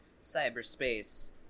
cyberspace